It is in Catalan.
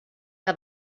que